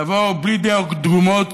תבואו בלי דעות קדומות